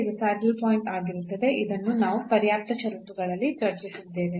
ಇದು saddle point ಆಗಿರುತ್ತದೆ ಇದನ್ನು ನಾವು ಪರ್ಯಾಪ್ತ ಷರತ್ತುಗಳಲ್ಲಿ ಚರ್ಚಿಸಿದ್ದೇವೆ